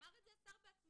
אמר את זה השר בעצמו.